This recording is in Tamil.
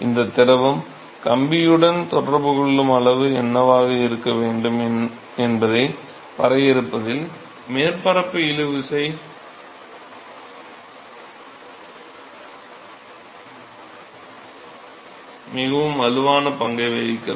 இந்த திரவம் கம்பியுடன் தொடர்பு கொள்ளும் அளவு என்னவாக இருக்க வேண்டும் என்பதை வரையறுப்பதில் மேற்பரப்பு இழுவிசை மிகவும் வலுவான பங்கை வகிக்கிறது